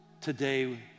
today